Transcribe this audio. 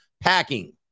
Packing